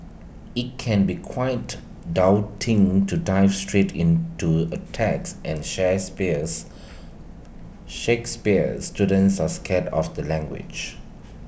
IT can be quite daunting to dive straight into A text and Shakespeares Shakespeares students are scared of the language